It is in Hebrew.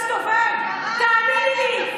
הגלגל מסתובב, תאמיני לי.